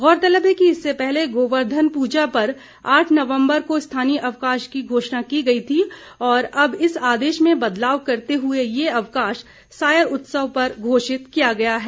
गौरतलब है कि इससे पहले गौवर्धन पूजा पर आठ नवम्बर को स्थानीय अवकाश की घोषणा की गई थी और अब इस आदेश में बदलाव करते हुए ये अवकाश सायर उत्सव पर घोषित किया गया है